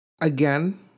Again